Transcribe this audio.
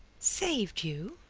saved you?